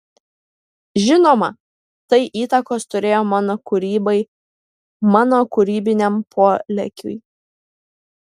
žinoma tai įtakos turėjo mano kūrybai mano kūrybiniam polėkiui